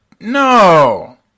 no